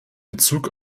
bezug